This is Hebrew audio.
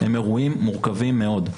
הם אירועים מורכבים מאוד.